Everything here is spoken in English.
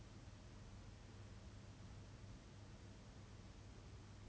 like 他们的老婆是他们自己的 then if like 别人也有了 then like